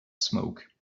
smoke